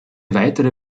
weitere